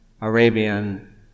Arabian